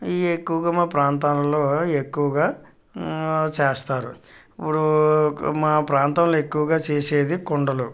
ఇవి ఎక్కువగా మా ప్రాంతాలలో ఎక్కువగా చేస్తారు ఇప్పుడు మా ప్రాంతంలో ఎక్కువగా చేసేది కుండలు